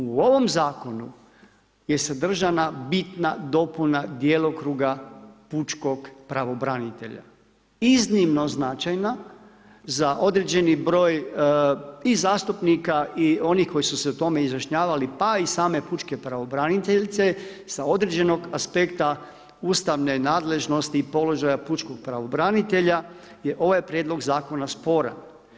U ovom zakonu je sadržana bitna dopuna djelokruga pučkog pravobranitelja, iznimno značajna za određeni broj i zastupnika i onih koji su se tome izjašnjavali pa i same pučke pravobraniteljice sa određenog aspekta ustavne nadležnosti i položaja pučkog pravobranitelja je ovaj prijedlog zakona sporan.